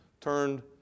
turned